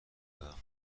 دادم